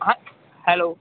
ਹਾਂ ਹੈਲੋ